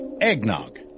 Eggnog